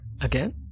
Again